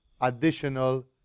additional